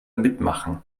mitmachen